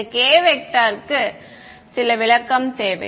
இந்த k க்கு சில விளக்கம் தேவை